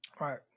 Right